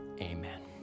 amen